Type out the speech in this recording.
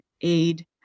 aid